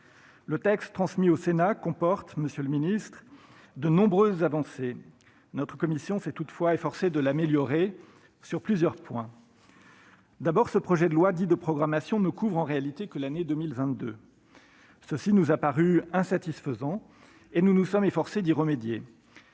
Le texte transmis au Sénat comporte, monsieur le ministre, de nombreuses avancées. Notre commission s'est toutefois efforcée de l'améliorer sur plusieurs points. D'abord, ce projet de loi dit « de programmation » ne couvre en réalité que l'année 2022. Cela nous a paru insatisfaisant et nous nous sommes efforcés d'y remédier.